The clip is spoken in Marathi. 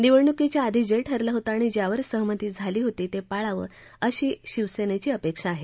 निवडणुकीच्या आधी जे ठरलं होतं आणि ज्यावर सहमती झाली होती ते पाळावं अशी शिवसेनेची अपेक्षा आहे